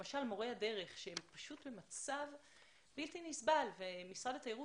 למשל מורי הדרך שהם פשוט במצב בלתי נסבל ומשרד התיירות